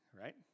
right